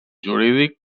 jurídic